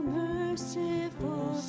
merciful